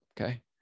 okay